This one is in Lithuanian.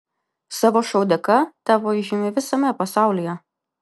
savo šou dėka tapo įžymi visame pasaulyje